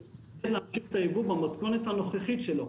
אני חושב שאנחנו צריכים להפסיק את הייבוא במתכונת הנוכחית שלו.